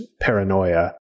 paranoia